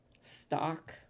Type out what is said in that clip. stock-